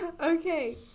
Okay